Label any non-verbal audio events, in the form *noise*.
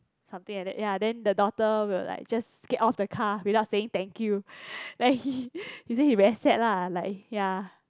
something like that ya then the daughter will like just get off the car without saying thank you *breath* then *breath* he say he very sad lah like ya